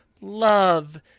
Love